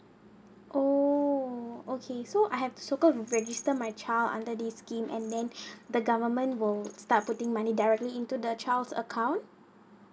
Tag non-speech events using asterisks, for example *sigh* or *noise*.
oh okay so I have to so called register my child under this scheme and then *breath* the government will start putting money directly into the child's account